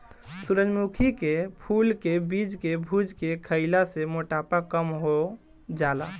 सूरजमुखी के फूल के बीज के भुज के खईला से मोटापा कम हो जाला